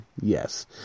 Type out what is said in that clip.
yes